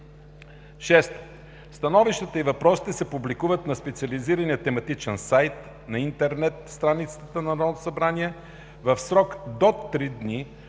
6. Становищата и въпросите се публикуват на специализирания тематичен сайт на интернет страницата на Народното събрание в срок до 3 дни